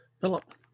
Philip